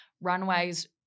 runways